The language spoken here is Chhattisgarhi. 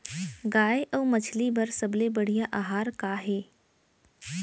गाय अऊ मछली बर सबले बढ़िया आहार का हे?